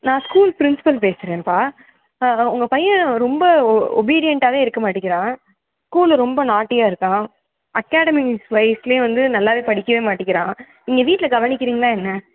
நான் school principal பேசுகிறேன்ப்பா உங்கள் பையன் ரொம்ப ஓ ஓபிடியன்ட்டாகவே இருக்க மாட்டிங்கிறான் ஸ்கூலில் ரொம்ப நாட்டியாக இருக்கான் அகாடமி வைஸ்லையே வந்து நல்லாவே படிக்கவே மாட்டிங்கிறான் நீங்கள் வீட்டில் கவனிக்கிறீங்களா என்ன